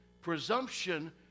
presumption